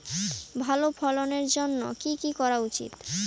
ভালো ফলনের জন্য কি কি করা উচিৎ?